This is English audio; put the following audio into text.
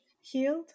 healed